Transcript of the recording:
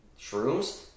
Shrooms